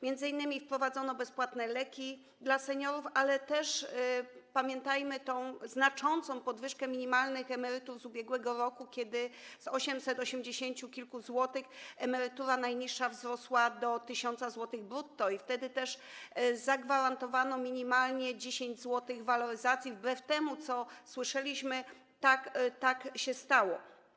M.in. wprowadzono bezpłatne leki dla seniorów, ale też pamiętajmy znaczącą podwyżkę minimalnych emerytur z ubiegłego roku, kiedy z ośmiuset osiemdziesięciu kilku złotych emerytura najniższa wzrosła do 1000 zł brutto i kiedy też zagwarantowano minimalnie 10 zł waloryzacji - wbrew temu, co słyszeliśmy, tak się stało.